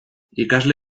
ikasle